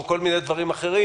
או כל מיני דברים אחרים